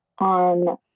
on